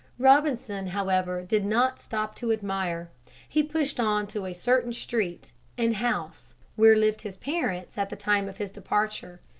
robinson, however, did not stop to admire he pushed on to a certain street and house where lived his parents at the time of his departure.